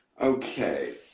Okay